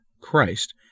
Christ